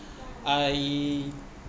I